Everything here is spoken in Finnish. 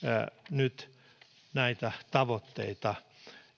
nyt näitä tavoitteita